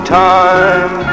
time